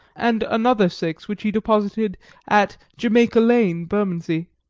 and another six which he deposited at jamaica lane, bermondsey.